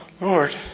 Lord